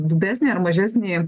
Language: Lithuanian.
didesnį ar mažesnį